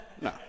No